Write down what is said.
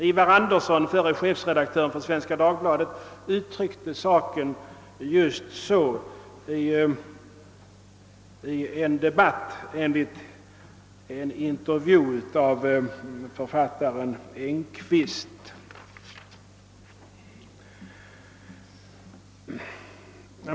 Förre chefredaktören Ivar Anderson i Svenska Dagbladet uttryckte saken just så i utrikesnämnden enligt en intervju av författaren Enquist.